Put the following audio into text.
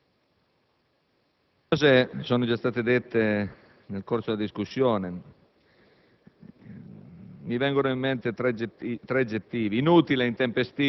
cose sono già state dette nel corso della discussione.